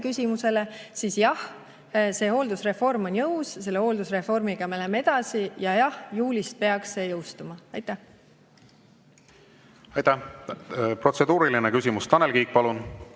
küsimusele: jah, see hooldusreform on jõus. Selle hooldusreformiga me läheme edasi ja jah, juulis peaks see jõustuma. Protseduuriline küsimus, Tanel Kiik, palun!